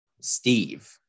Steve